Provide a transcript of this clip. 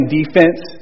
defense